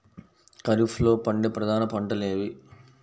ఖరీఫ్లో పండే ప్రధాన పంటలు ఏవి?